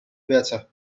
better